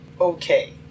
okay